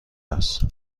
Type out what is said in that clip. است